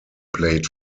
played